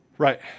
Right